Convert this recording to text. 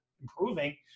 improving